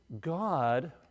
god